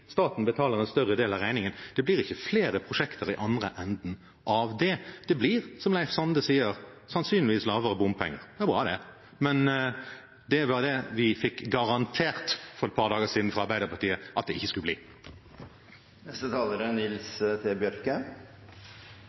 staten betaler en større del av regningen. Det blir ikke flere prosjekter i andre enden av det. Det blir, som Leif Sande sier, sannsynligvis lavere bompengesatser. Det er bra, det, men det var det vi fikk garantert for et par dager siden fra Arbeiderpartiet at det ikke skulle bli. Eg er